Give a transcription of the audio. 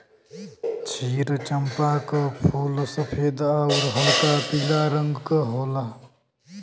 क्षीर चंपा क फूल सफेद आउर हल्का पीला रंग क होला